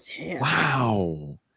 Wow